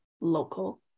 local